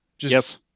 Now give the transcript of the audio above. Yes